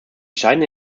scheinen